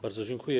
Bardzo dziękuję.